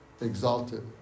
exalted